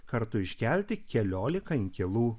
kartu iškelti keliolika inkilų